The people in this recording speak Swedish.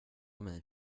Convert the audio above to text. mig